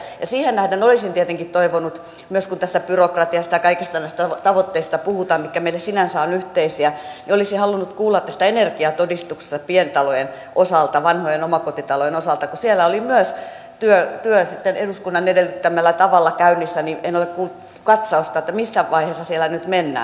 ja tietenkin siihen nähden kun puhutaan tästä byrokratiasta ja kaikista näistä tavoitteista mitkä meillä sinänsä ovat yhteisiä olisin halunnut kuulla tästä energiatodistuksesta pientalojen osalta vanhojen omakotitalojen osalta kun siellä oli myös työ eduskunnan edellyttämällä tavalla käynnissä ja en ole kuullut katsausta missä vaiheessa siellä nyt mennään